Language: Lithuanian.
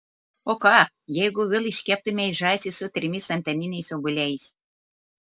o ką jeigu vėl iškeptumei žąsį su trimis antaniniais obuoliais